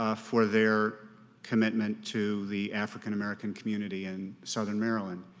ah for their commitment to the african american community in southern maryland.